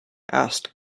asked